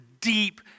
deep